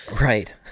Right